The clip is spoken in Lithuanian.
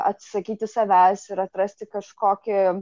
atsisakyti savęs ir atrasti kažkokį